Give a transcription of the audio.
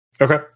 Okay